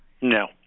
No